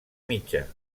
mitja